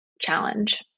challenge